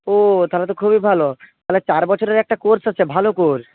ও তাহলে তো খুবই ভালো তাহলে চার বছরের একটা কোর্স আছে ভালো কোর্স